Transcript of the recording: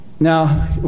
Now